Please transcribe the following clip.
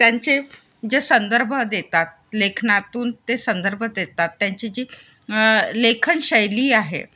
त्यांचे जे संदर्भ देतात लेखनातून ते संदर्भ देतात त्यांची जी लेखनशैली आहे